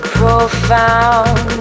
profound